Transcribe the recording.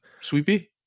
Sweepy